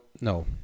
no